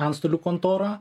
antstolių kontora